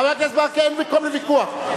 חבר הכנסת ברכה, אין מקום לוויכוח.